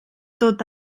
tot